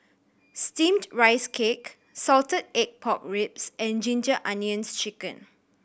Steamed Rice Cake salted egg pork ribs and Ginger Onions Chicken